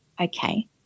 okay